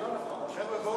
לשבת.